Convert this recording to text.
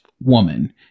woman